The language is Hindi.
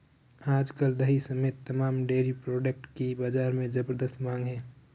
आज कल दही समेत तमाम डेरी प्रोडक्ट की बाजार में ज़बरदस्त मांग है